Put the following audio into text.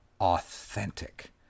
authentic